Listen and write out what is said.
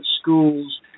schools